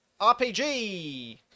RPG